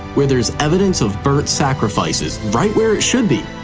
where there's evidence of burnt sacrifices right where it should be.